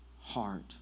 heart